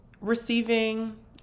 receiving